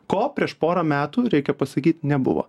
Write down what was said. ko prieš porą metų reikia pasakyt nebuvo